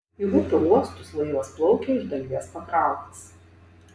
į upių uostus laivas plaukia iš dalies pakrautas